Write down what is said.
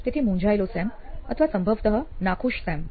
તેથી મૂંઝાયેલો સેમ અથવા સંભવતઃ નાખુશ સેમ